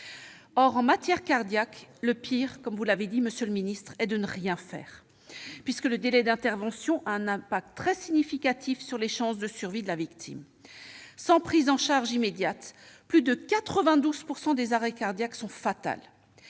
pire est de ne rien faire, comme vous l'avez dit, monsieur le secrétaire d'État, puisque le délai d'intervention a un impact très significatif sur les chances de survie de la victime. Sans prise en charge immédiate, plus de 92 % des arrêts cardiaques sont fatals.